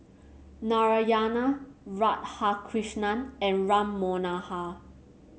Narayana Radhakrishnan and Ram Manohar